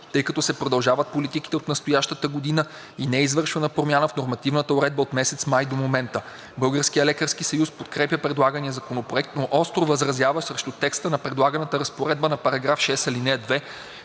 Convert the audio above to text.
тъй като се продължават политиките от настоящата година и не е извършвана промяна в нормативната уредба от месец май до момента. Българският лекарски съюз подкрепя предлагания законопроект, но остро възразява срещу текста на предлаганата разпоредба на § 6, ал. 2,